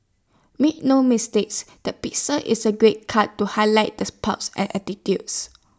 make no mistake the pixie is A great cut to highlight the spunk's and attitudes